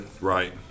Right